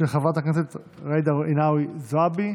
של חברת הכנסת ג'ידא רינאוי זועבי,